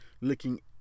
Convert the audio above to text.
looking